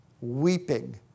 weeping